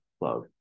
love